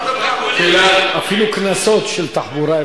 אפילו קנסות של תחבורה,